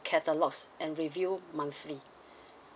catalogs and review monthly